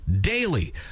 daily